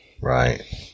right